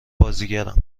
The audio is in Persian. بازیگرم